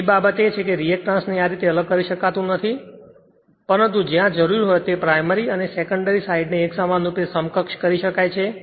અને બીજી બાબત એ છે કે રિએક્ટન્સ ને આ રીતે અલગ કરી શકાતું નથી પરંતુ જ્યાં જરૂરી હોય તે પ્રાઇમરી અને સેકન્ડરી સાઇડને એકસમાન રૂપે સમકક્ષ કરી શકાય છે